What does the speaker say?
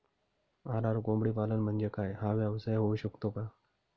RR कोंबडीपालन म्हणजे काय? हा व्यवसाय होऊ शकतो का?